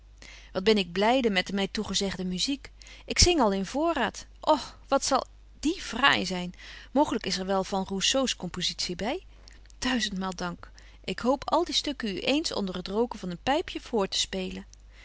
wat ben ik blyde met de my toegezegde muziek ik zing al in voorraad o wat zal die fraai zyn mooglyk is er wel van rousseau's compositie by duizendmaal dank ik hoop al die stukken u eens onder het rooken van een pypje voor te spelen